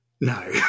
No